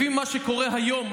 לפי מה שקורה היום,